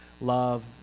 Love